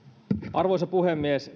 arvoisa puhemies